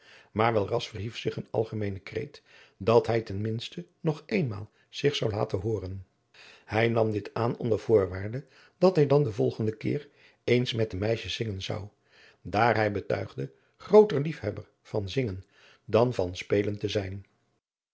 maar wel ras verhief zich een algemeene kreet dat hij ten minste nog eenmaal zich zou laten hooren hij nam dit aan onder voorwaarde dat hij dan den volgenden keer eens met de meisjes zingen zou daar hij betuigde grooter liefhebber van zingen dan van spelen te zijn